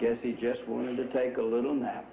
guess he just wanted to take a little nap